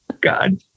God